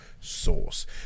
source